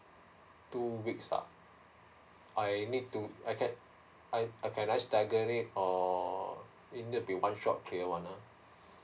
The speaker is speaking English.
two weeks ah I need to I can I I can stagger it or oo if it's one shot one ah